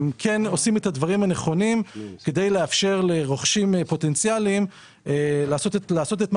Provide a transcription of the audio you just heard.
הם מאפשרים לרוכשים פוטנציאליים לעשות את מה